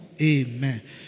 amen